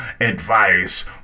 advice